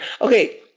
Okay